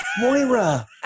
Moira